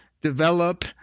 develop